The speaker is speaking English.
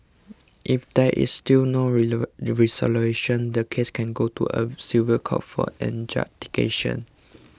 if there is still no resolution the case can go to a civil court for adjudication